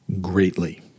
greatly